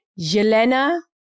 Yelena